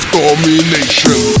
domination